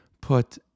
put